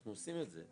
אנחנו עושים את זה.